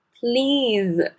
please